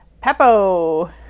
Peppo